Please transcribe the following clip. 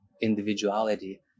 individuality